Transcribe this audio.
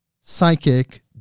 psychic